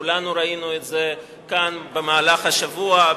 כולנו ראינו את זה כאן במהלך השבוע,